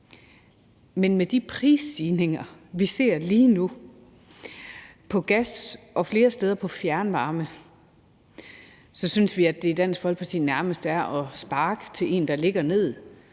Men med de prisstigninger, vi ser lige nu, på gas og flere steder på fjernvarme synes vi i Dansk Folkeparti, at det nærmest er at sparke til en, der ligger ned.